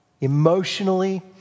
emotionally